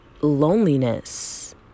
loneliness